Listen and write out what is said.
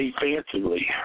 defensively